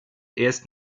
erst